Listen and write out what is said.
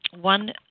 One